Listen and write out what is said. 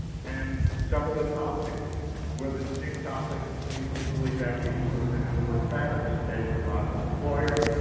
and some of the topics were the same topics basically that we included in work matters. state as a model employer,